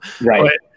Right